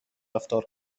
رفتار